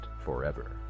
forever